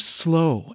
slow